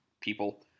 people